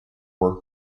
work